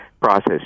process